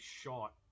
shot